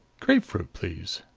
grapefruit, please.